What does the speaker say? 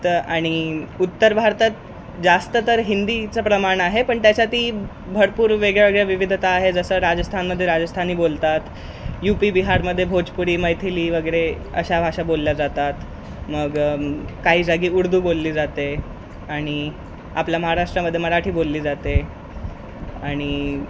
त आणि उत्तर भारतात जास्त तर हिंदीचं प्रमाण आहे पण त्याच्यातही भरपूर वेगळ्या वेगळ्या विविधता आहे जसं राजस्थानमधे राजस्थानी बोलतात यू पी बिहारमध्ये भोजपुरी मैथिली वगैरे अशा भाषा बोलल्या जातात मग काही जागी उर्दू बोलली जाते आणि आपल्या महाराष्ट्रामध्ये मराठी बोलली जाते आणि